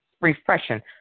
refreshing